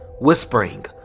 whispering